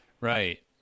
Right